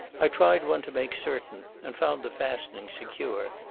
i tried one to make certain, and found the fastenings secure.